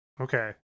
Okay